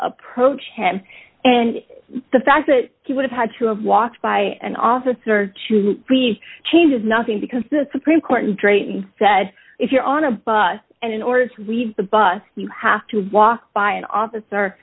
approach him and the fact that he would have had to have walked by an officer to be changes nothing because the supreme court and tracy said if you're on a bus and in order to leave the bus you have to walk by an officer